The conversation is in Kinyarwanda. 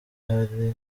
hari